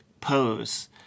pose